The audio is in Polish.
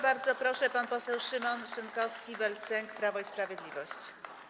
Bardzo proszę, pan poseł Szymon Szynkowski vel Sęk, Prawo i Sprawiedliwość.